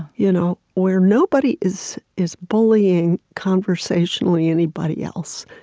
you know where nobody is is bullying, conversationally, anybody else.